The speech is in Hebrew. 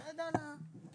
לא ידע על חובת